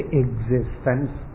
existence